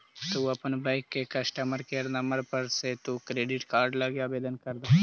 तु अपन बैंक के कस्टमर केयर नंबर पर से तु क्रेडिट कार्ड लागी आवेदन कर द